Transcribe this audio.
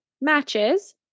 matches